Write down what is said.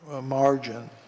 margin